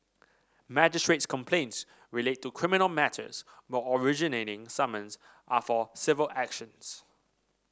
magistrate's complaints relate to criminal matters while originating summons are for civil actions